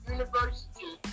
University